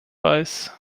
weiß